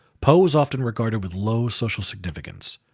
poe was often regarded with low social significance.